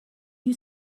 you